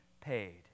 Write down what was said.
paid